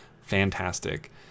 fantastic